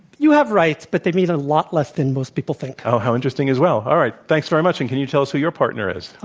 you have rights, but they mean a lot less than most people think. oh, how interesting as well. all right. thanks very much. and can you tell us who your partner is?